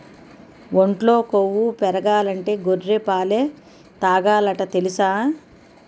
ఒంట్లో కొవ్వు పెరగాలంటే గొర్రె పాలే తాగాలట తెలుసా?